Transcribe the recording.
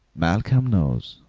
malcolm knows,